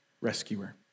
rescuer